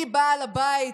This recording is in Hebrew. מי בעל הבית?